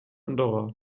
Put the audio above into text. andorra